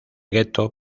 gueto